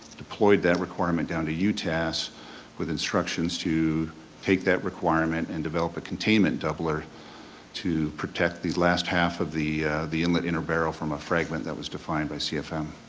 deployed that requirement down to utas with instructions to take that requirement and develop a containment doubler to protect the last half of the of the inlet inner barrel from a fragment that was defined by cfm.